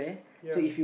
ya